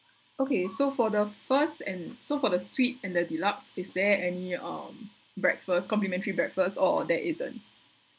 okay so for the first and so for the suite and the deluxe is there any um breakfast complimentary breakfast or there isn't